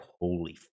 holy